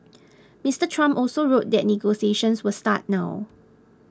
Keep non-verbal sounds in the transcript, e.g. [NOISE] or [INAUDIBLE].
[NOISE] Mister Trump also wrote that negotiations will start now